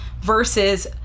versus